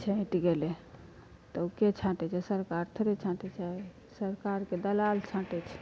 छँटि गेलय तबके छाँटै छै सरकार थोड़े छाँटै छै सरकारके दलाल छाँटै छै